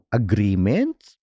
agreements